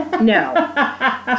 No